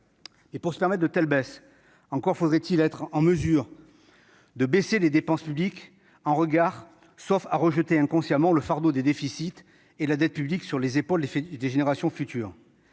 Et pour se permettre de telles baisses, encore faudrait-il être en mesure de diminuer les dépenses publiques, sauf à rejeter avec inconscience le fardeau des déficits et de la dette publique sur les épaules des générations futures.